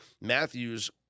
Matthews